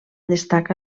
destaca